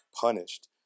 punished